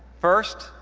first,